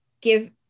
give